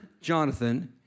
Jonathan